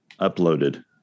uploaded